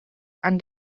and